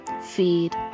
Feed